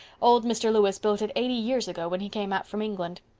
old mr. lewis built it eighty years ago when he came out from england.